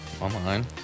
Online